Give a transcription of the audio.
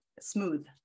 smooth